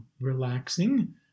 relaxing